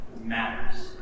matters